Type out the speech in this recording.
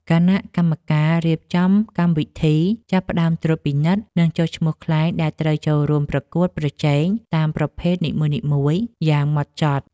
គណៈកម្មការរៀបចំកម្មវិធីចាប់ផ្ដើមត្រួតពិនិត្យ និងចុះឈ្មោះខ្លែងដែលត្រូវចូលរួមប្រកួតប្រជែងតាមប្រភេទនីមួយៗយ៉ាងហ្មត់ចត់។